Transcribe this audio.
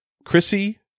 Chrissy